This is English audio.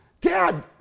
dad